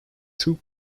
two